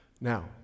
Now